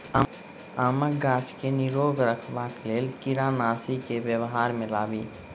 आमक गाछ केँ निरोग रखबाक लेल केँ कीड़ानासी केँ व्यवहार मे लाबी?